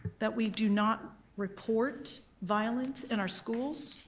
that we do not report violence in our schools.